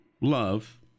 love